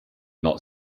not